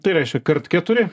tai reiškia kart keturi